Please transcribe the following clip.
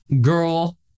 girl